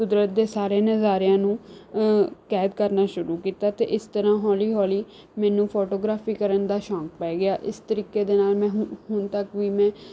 ਕੁਦਰਤ ਦੇ ਸਾਰੇ ਨਜ਼ਾਰਿਆਂ ਨੂੰ ਕੈਦ ਕਰਨਾ ਸ਼ੁਰੂ ਕੀਤਾ ਅਤੇ ਇਸ ਤਰ੍ਹਾਂ ਹੌਲੀ ਹੌਲੀ ਮੈਨੂੰ ਫੋਟੋਗ੍ਰਾਫੀ ਕਰਨ ਦਾ ਸ਼ੌਂਕ ਪੈ ਗਿਆ ਇਸ ਤਰੀਕੇ ਦੇ ਨਾਲ ਮੈਂ ਹੁ ਹੁਣ ਤੱਕ ਵੀ ਮੈਂ